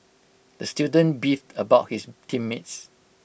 the student beefed about his team mates